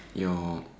your